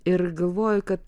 ir galvoju kad